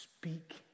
speak